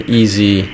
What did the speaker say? easy